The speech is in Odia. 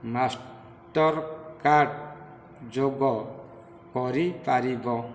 ମାଷ୍ଟର୍କାର୍ଡ଼୍ ଯୋଗ କରିପାରିବ